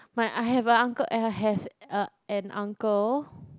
my I have a uncle and I have a an uncle